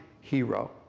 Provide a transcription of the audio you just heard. hero